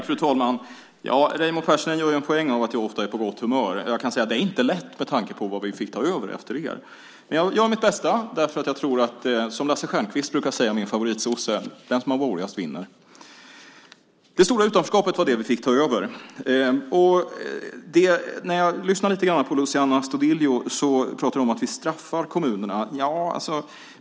Fru talman! Raimo Pärssinen gör en poäng av att jag ofta är på gott humör. Jag kan säga att det inte är lätt med tanke på vad vi fick ta över efter er. Men jag gör mitt bästa. Jag tror att, som min favoritsosse Lasse Stjernkvist brukar säga, den som har roligast vinner. Vi fick ta över det stora utanförskapet. Luciano Astudillo pratar om att vi straffar kommunerna.